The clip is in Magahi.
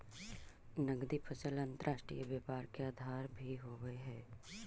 नगदी फसल अंतर्राष्ट्रीय व्यापार के आधार भी होवऽ हइ